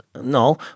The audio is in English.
No